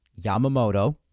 Yamamoto